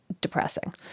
depressing